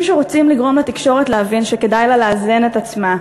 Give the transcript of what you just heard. אנשים שרוצים לגרום לתקשורת להבין שכדאי לה לאזן את עצמה,